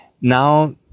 Now